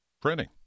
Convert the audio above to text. printing